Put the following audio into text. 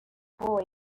boy